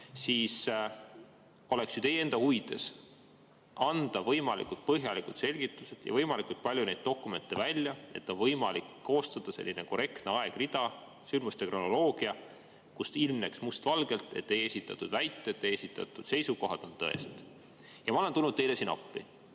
siis oleks ju teie enda huvides anda võimalikult põhjalikud selgitused ja võimalikult palju dokumente välja, et oleks võimalik koostada korrektne aegrida, sündmuste kronoloogia, kust ilmneks mustvalgelt, et teie esitatud väited, teie esitatud seisukohad on tõesed. Ja ma olen tulnud teile siin appi.